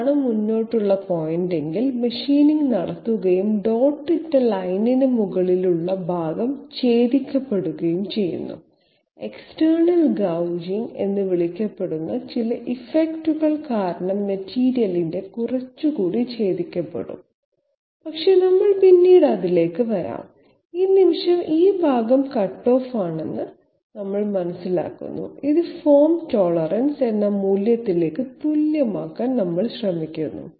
ഇതാണ് മുന്നോട്ടുള്ള പോയിന്റെങ്കിൽ മെഷിനിംഗ് നടത്തുകയും ഡോട്ട് ഇട്ട ലൈനിന് മുകളിലുള്ള ഭാഗം ഛേദിക്കപ്പെടുകയും ചെയ്യും എക്സ്റ്റേണൽ ഗൌജിംഗ് എന്ന് വിളിക്കപ്പെടുന്ന ചില ഇഫക്റ്റുകൾ കാരണം മെറ്റീരിയലിന്റെ കുറച്ചുകൂടി ഛേദിക്കപ്പെടും പക്ഷേ നമ്മൾ പിന്നീട് അതിലേക്ക് വരും ഈ നിമിഷം ഈ ഭാഗം കട്ട്ഓഫ് ആണെന്ന് നമ്മൾ മനസ്സിലാക്കുന്നു ഇത് ഫോം ടോളറൻസ് എന്ന മൂല്യത്തിലേക്ക് തുല്യമാക്കാൻ നമ്മൾ ശ്രമിക്കുന്നു